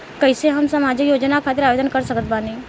कैसे हम सामाजिक योजना खातिर आवेदन कर सकत बानी?